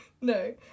No